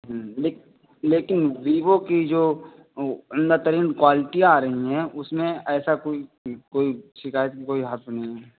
ہوں لیکن لیکن ویوو کی جو عمدہ ترین کوالیٹیاں آ رہی ہیں اس میں ایسا کوئی کوئی شکایت کی کوئی حرف نہیں ہے